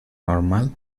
normal